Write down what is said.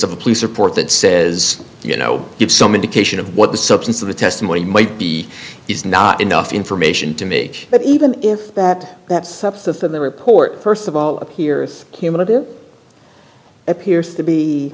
of a police report that says you know give some indication of what the substance of the testimony might be is not enough information to me but even if that that substance of the report first of all appears cumulative appears to be